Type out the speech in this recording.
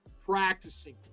practicing